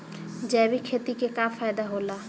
जैविक खेती क का फायदा होला?